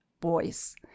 boys